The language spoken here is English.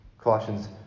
Colossians